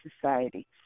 society